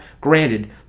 granted